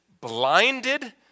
blinded